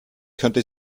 könnte